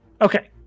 Okay